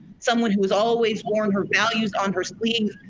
someone who has always worn her values on her sleeve,